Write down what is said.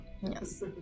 Yes